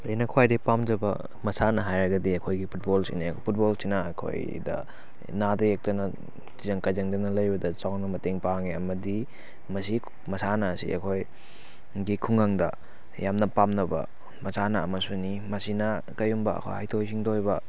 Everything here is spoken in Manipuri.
ꯑꯩꯅ ꯈ꯭ꯋꯥꯏꯗꯩ ꯄꯥꯝꯖꯕ ꯃꯁꯥꯟꯅ ꯍꯥꯏꯔꯒꯗꯤ ꯑꯩꯈꯣꯏꯒꯤ ꯐꯨꯠꯕꯣꯜꯁꯤꯅꯦ ꯐꯨꯠꯕꯣꯜꯁꯤꯅ ꯑꯩꯈꯣꯏꯗ ꯅꯥꯗ ꯌꯦꯛꯇꯅ ꯇꯤꯟꯖꯪ ꯀꯥꯏꯖꯪꯗꯅ ꯂꯩꯕꯗ ꯆꯥꯎꯅ ꯃꯇꯦꯡ ꯄꯥꯡꯉꯤ ꯑꯃꯗꯤ ꯃꯁꯤ ꯃꯁꯥꯟꯅ ꯑꯁꯤ ꯑꯩꯈꯣꯏꯒꯤ ꯈꯨꯒꯪꯗ ꯌꯥꯝꯅ ꯄꯥꯝꯅꯕ ꯃꯁꯥꯟꯅ ꯑꯃꯁꯨꯅꯤ ꯃꯁꯤꯅ ꯀꯔꯤꯒꯨꯝꯕ ꯍꯩꯊꯣꯏ ꯁꯤꯡꯊꯣꯏꯕ